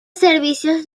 servicios